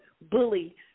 bully